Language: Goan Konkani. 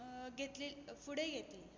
घेतले फुडें घेतली